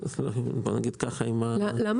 למה